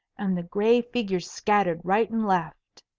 and the gray figures scattered right and left.